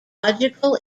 logical